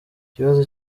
ikibazo